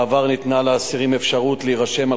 בעבר ניתנה לאסירים אפשרות להירשם על